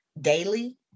daily